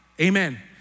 Amen